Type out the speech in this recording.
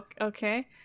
Okay